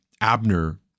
Abner